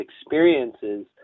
experiences